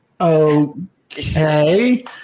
okay